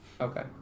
Okay